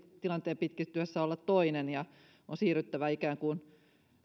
tilanteen pitkittyessä olla toinen ja on siirryttävä ikään kuin